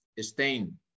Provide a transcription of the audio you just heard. stain